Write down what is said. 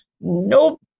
Nope